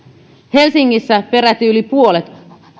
helsingissä peräti yli puolet